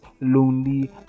lonely